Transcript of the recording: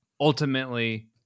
Ultimately